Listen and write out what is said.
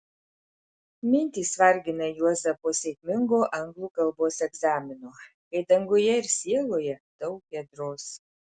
mintys vargina juozą po sėkmingo anglų kalbos egzamino kai danguje ir sieloje daug giedros